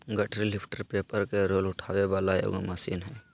गठरी lifter paper के roll उठावे वाला एगो मशीन हइ